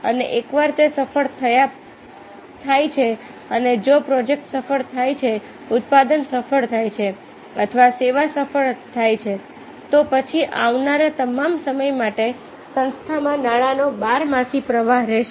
અને એકવાર તે સફળ થાય છે અને જો પ્રોજેક્ટ સફળ થાય છે ઉત્પાદન સફળ થાય છે અથવા સેવા સફળ થાય છે તો પછી આવનારા તમામ સમય માટે સંસ્થામાં નાણાંનો બારમાસી પ્રવાહ રહેશે